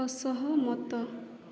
ଅସହମତ